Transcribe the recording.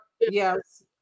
yes